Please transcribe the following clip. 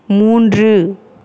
மூன்று